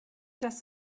das